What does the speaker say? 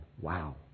Wow